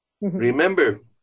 Remember